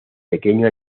pequeño